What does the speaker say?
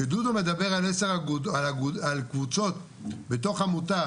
כשדודו מדבר על קבוצות בתוך עמותה,